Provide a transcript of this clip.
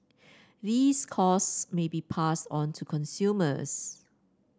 these costs may be passed on to consumers